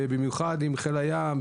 עם חיל הים,